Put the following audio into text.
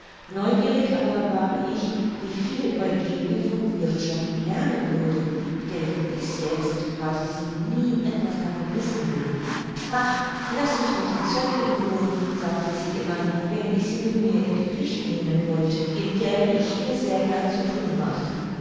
neugierig aber war ich wie viel eugenie vom wirthschaften lernen würde denn bis jetzt hatte sie nie etwas davon wissen mögen bah laß mich mit dem zeug in ruhe sagte sie immer wenn ich sie mit mir in die küche nehmen wollte in der ich mir sehr gern zu thun machte